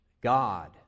God